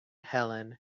helen